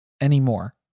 anymore